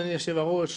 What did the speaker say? אדוני יושב-ראש,